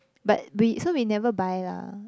but we so we never buy lah